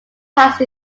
passed